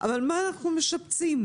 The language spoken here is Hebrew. אבל מה אנחנו משפצים?